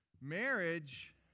marriage